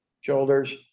shoulders